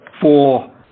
four